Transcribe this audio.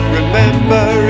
remember